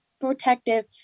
Protective